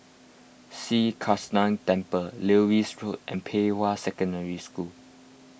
Sri Krishnan Temple Lewis Road and Pei Hwa Secondary School